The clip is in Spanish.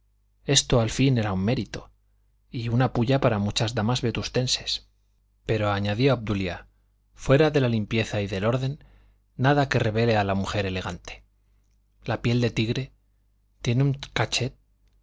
esto al fin era un mérito y una pulla para muchas damas vetustenses pero añadía obdulia fuera de la limpieza y del orden nada que revele a la mujer elegante la piel de tigre tiene un cachet